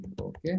okay